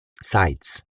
sites